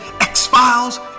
X-files